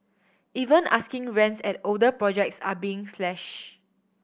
even asking rents at older projects are being slashed